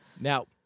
Now